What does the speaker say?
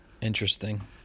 Interesting